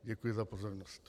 Děkuji za pozornost.